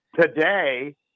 Today